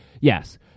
Yes